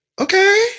okay